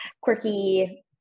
quirky